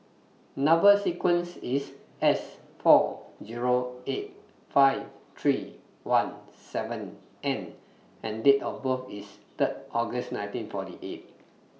Number sequence IS S four Zero eight five three one seven N and Date of birth IS Third August nineteen forty eight